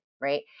right